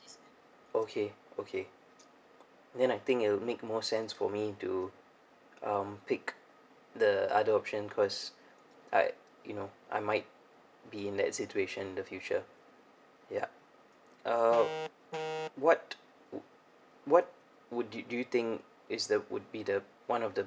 okay okay then I think it will make more sense for me to um pick the other option cause I you know I might be in that situation in the future ya uh what what would do you think it's the would be the one of the